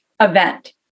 event